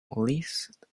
list